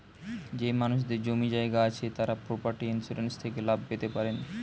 যেই মানুষদের জমি জায়গা আছে তারা প্রপার্টি ইন্সুরেন্স থেকে লাভ পেতে পারেন